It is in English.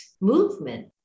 movement